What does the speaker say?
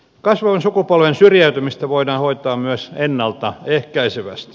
kasvavan sukupolven syrjäytymistä voidaan hoitaa myös ennalta ehkäisevästi